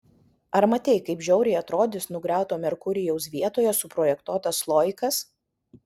ar matei kaip žiauriai atrodys nugriauto merkurijaus vietoje suprojektuotas sloikas